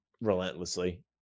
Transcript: relentlessly